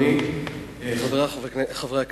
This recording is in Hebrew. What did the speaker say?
אדוני היושב-ראש, תודה רבה, חברי חברי הכנסת,